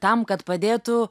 tam kad padėtų